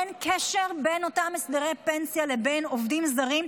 אין קשר בין אותם הסדרי פנסיה לבין עובדים זרים,